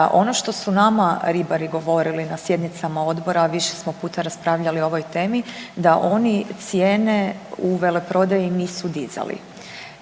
Ono što su nama ribari govorili na sjednicama odbora, a više smo puta raspravljali o ovoj temi da oni cijene u veleprodaji nisu dizali.